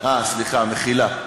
סליחה, מחילה.